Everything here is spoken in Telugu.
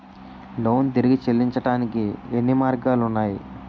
లోన్ తిరిగి చెల్లించటానికి ఎన్ని మార్గాలు ఉన్నాయి?